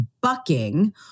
bucking